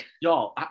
y'all